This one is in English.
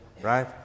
right